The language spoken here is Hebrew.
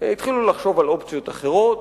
התחילו לחשוב על אופציות אחרות.